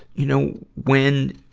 you know, when,